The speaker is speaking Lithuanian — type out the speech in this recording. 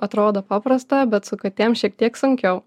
atrodo paprasta bet su katėm šiek tiek sunkiau